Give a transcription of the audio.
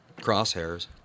crosshairs